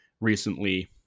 recently